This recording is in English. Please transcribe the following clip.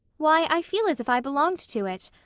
why, i feel as if i belonged to it.